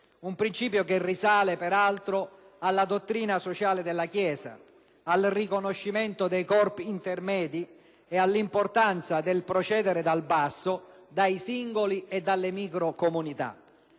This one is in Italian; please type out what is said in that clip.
un principio che peraltro risale alla dottrina sociale della Chiesa, al riconoscimento dei corpi intermedi e all'importanza del procedere dal basso, dai singoli e dalle microcomunità.